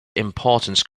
importance